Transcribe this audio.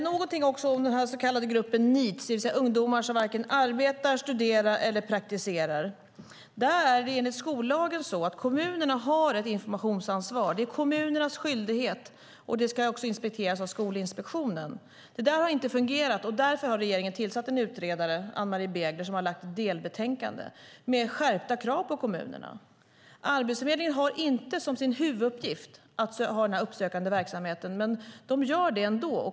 Herr talman! Jag ska också säga någonting om gruppen NEET, det vill säga ungdomar som varken arbetar, studerar eller praktiserar. Enligt skollagen har kommunerna ett informationsansvar. Det är kommunernas skyldighet, och det ska inspekteras av Skolinspektionen. Det har inte fungerat, och därför har regeringen tillsatt en utredare, Ann-Marie Begler, som har lagt fram ett delbetänkande med skärpta krav på kommunerna. Arbetsförmedlingen har inte som sin huvuduppgift att göra den uppsökande verksamheten, men de gör det ändå.